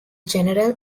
general